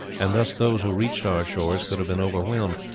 and thus those who reached our shores could have been overwhelmed.